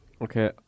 Okay